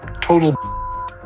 Total